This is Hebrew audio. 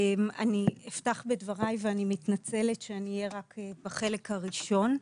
אני אפתח בדבריי ואני מתנצלת שאני אהיה רק בחלק הראשון,